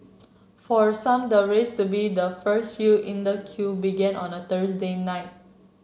for some the race to be the first few in the queue began on the Thursday night